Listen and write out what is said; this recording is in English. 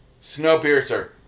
Snowpiercer